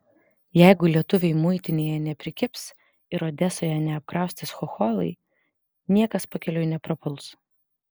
jeigu lietuviai muitinėje neprikibs ir odesoje neapkraustys chocholai niekas pakeliui neprapuls